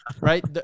right